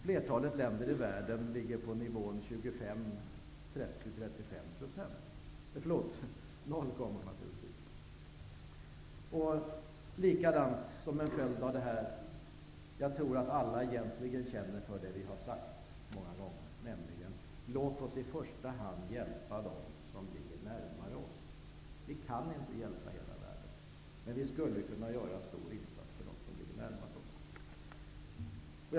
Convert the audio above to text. Flertalet länder i världen ligger på nivån 0,25 %, 0,30 % eller 0,35 %. Jag tror att alla egentligen känner för det vi har sagt. Låt oss i första hand hjälpa dem som ligger närmare oss. Vi kan inte hjälpa hela världen. Men vi skulle kunna göra en stor insats för dem som ligger närmast oss.